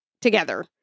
together